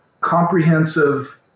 comprehensive